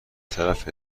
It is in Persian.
طرف